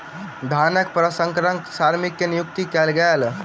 धानक प्रसंस्करणक श्रमिक के नियुक्ति कयल गेल